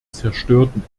zerstörten